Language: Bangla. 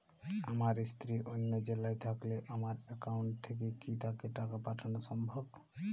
আমার স্ত্রী অন্য জেলায় থাকলে আমার অ্যাকাউন্ট থেকে কি তাকে টাকা পাঠানো সম্ভব?